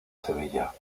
sevilla